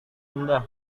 indah